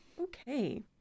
Okay